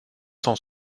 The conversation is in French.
cent